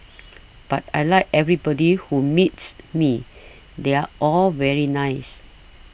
but I like everybody who meets me they're all very nice